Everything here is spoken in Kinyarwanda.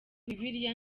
bibiliya